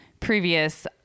previous